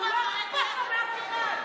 חברי הכנסת,